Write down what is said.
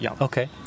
Okay